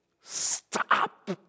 stop